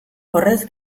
horrez